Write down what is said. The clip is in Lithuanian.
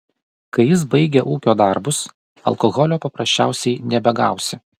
kai jis baigia ūkio darbus alkoholio paprasčiausiai nebegausi